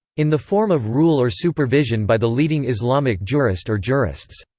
in the form of rule or supervision by the leading islamic jurist or jurists.